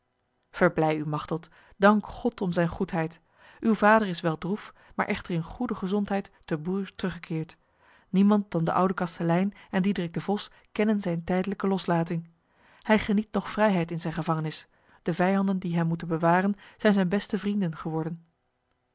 verblij u machteld dank god om zijn goedheid uw vader is wel droef maar echter in goede gezondheid te bourges teruggekeerd niemand dan de oude kastelein en diederik de vos kennen zijn tijdelijke loslating hij geniet nog vrijheid in zijn gevangenis de vijanden die hem moeten bewaren zijn zijn beste vrienden geworden